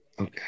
Okay